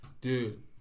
Dude